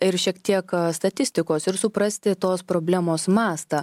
ir šiek tiek statistikos ir suprasti tos problemos mastą